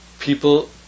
People